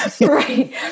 Right